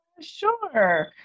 Sure